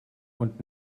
und